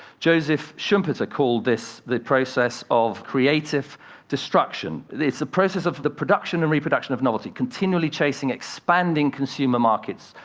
joseph schumpeter called this the process of creative destruction. it's a process of the production and reproduction of novelty, continually chasing expanding consumer markets,